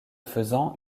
faisant